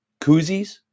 koozies